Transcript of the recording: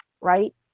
right